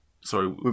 sorry